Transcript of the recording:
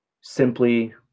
simply